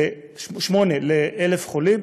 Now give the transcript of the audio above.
ל-1,000 חולים.